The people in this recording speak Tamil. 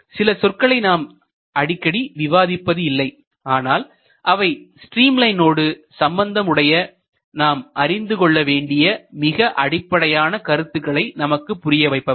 சில சொற்களை நாம் அடிக்கடி விவாதிப்பதில்லை ஆனால் அவை ஸ்ட்ரீம் லைனோடு சம்பந்தமுடைய நாம் அறிந்துகொள்ள மிக அடிப்படையான கருத்துக்களை நமக்கு புரிய வைப்பவை